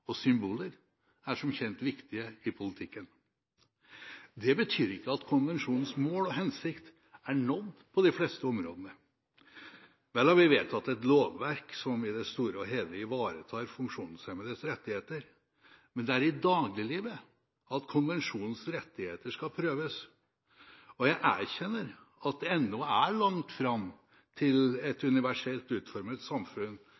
og symboler er som kjent viktige i politikken. Det betyr ikke at konvensjonens mål og hensikt er nådd på de fleste områdene. Vel har vi vedtatt et lovverk som i det store og hele ivaretar funksjonshemmedes rettigheter, men det er i dagliglivet at konvensjonens rettigheter skal prøves. Jeg erkjenner at det ennå er langt fram til vi har et universelt utformet samfunn,